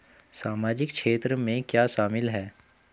सामाजिक क्षेत्र में क्या शामिल है?